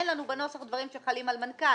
אין לנו בנוסח דברים שחלים על מנכ"ל.